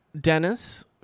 dennis